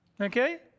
Okay